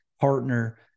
partner